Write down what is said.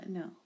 no